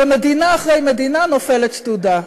ומדינה אחרי מדינה נופלת שדודה.